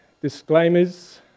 disclaimers